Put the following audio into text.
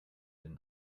den